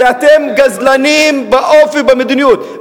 כי אתם גזלנים באופי ובמדיניות,